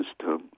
system